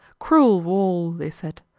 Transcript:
cruel wall, they said,